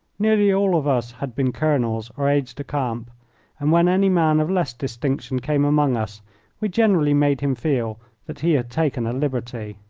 nearly all of us had been colonels or aides-de-camp, and when any man of less distinction came among us we generally made him feel that he had taken a liberty.